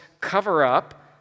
cover-up